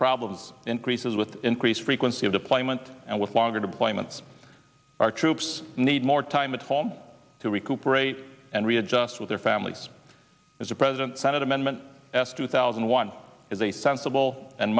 problems increases with increased frequency of deployment and with longer deployments our troops need more time at home to recuperate and readjust with their families as a president senate amendment s two thousand and one is a sensible and